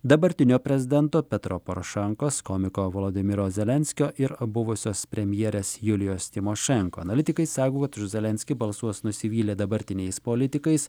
dabartinio prezidento petro porošenkos komiko volodymyro zelenskio ir buvusios premjerės julijos tymošenko analitikai sako už zelenskį balsuos nusivylę dabartiniais politikais